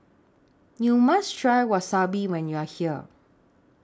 YOU must Try Wasabi when YOU Are here